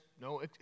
no